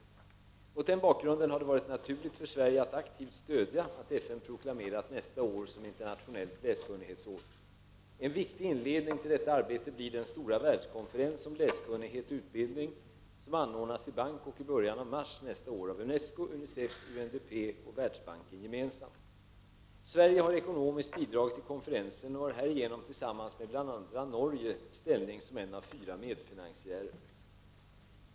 Mot den bakgrunden har det varit naturligt för Sverige att aktivt stödja att FN proklamerar nästa år som internationellt läskunnighetsår. En viktig inledning till detta arbete blir den stora världskonferens om läskunnighet och utbildning som anordnas i Bangkok i början av mars nästa år av Unesco, Unicef, UNDP och Världsbanken gemensamt. Sverige har ekonomiskt bidragit till konferensen och har härigenom tillsammans med bl.a. Norge ställning som en av fyra medfinansiärer.